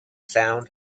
sound